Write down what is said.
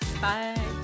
Bye